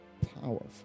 powerful